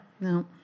No